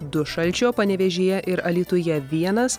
du šalčio panevėžyje ir alytuje vienas